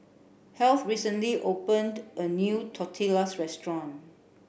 Heath recently opened a new Tortillas Restaurant